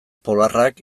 polarrak